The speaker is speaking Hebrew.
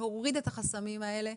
להוריד את החסמים האלה.